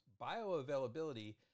bioavailability